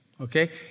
Okay